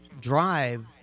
drive